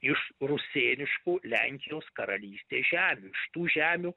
iš rusėniškų lenkijos karalystės žemių iš tų žemių